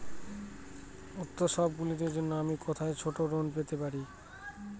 উত্সবগুলির জন্য আমি কোথায় ছোট ঋণ পেতে পারি?